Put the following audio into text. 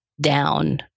down